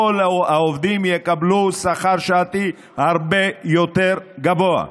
כל העובדים יקבלו שכר שעתי הרבה יותר גבוה.